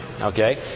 Okay